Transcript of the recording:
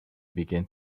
began